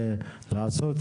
למהנדס,